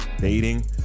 dating